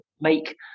make